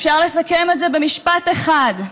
אפשר לסכם את זה במשפט אחד: